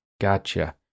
Gotcha